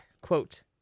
quote